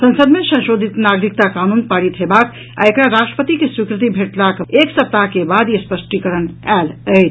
संसद मे संशोधित नागरिकता कानून पारित हेबाक आ एकरा राष्ट्रपति के स्वीकृति भेटबाक एक सप्ताह के बाद ई स्पष्टीकरण आयल अछि